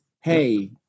hey –